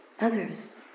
others